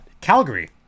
calgary